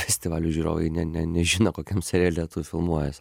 festivalio žiūrovai nė nė nežino kokiam seriale tu filmuojiesi